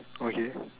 okay